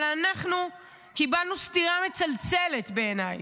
אבל אנחנו קיבלנו סטירה מצלצלת בעיניי,